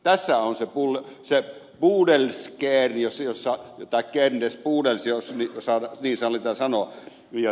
tässä on se pullea serkkudells ja jussi osaa kern des pudels jos niin sallitaan sanoa